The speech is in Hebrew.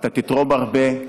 אתה תתרום הרבה.